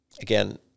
again